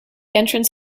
entrance